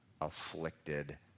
afflicted